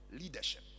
leadership